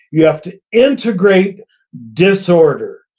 you have to integrate disorder,